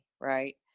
Right